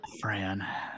fran